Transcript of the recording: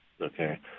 Okay